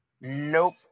Nope